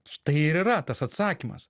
štai ir yra tas atsakymas